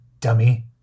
dummy